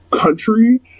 country